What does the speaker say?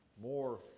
more